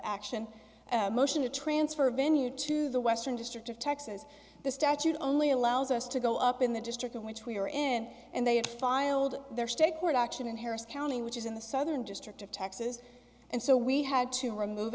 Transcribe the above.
action motion to transfer venue to the western district of texas the statute only allows us to go up in the district in which we are in and they have filed their state court action in harris county which is in the southern district of texas and so we had to remove